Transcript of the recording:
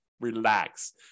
relax